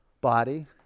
body